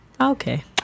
Okay